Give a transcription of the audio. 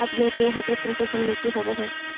अपने के यहाँ कैसन कैसन मिट्टी होब है?